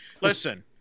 listen –